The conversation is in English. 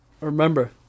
remember